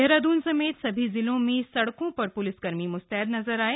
देहरादून समेत सभी जिलों में सड़कों पर प्लिसकर्मी मुस्तैद नजर आये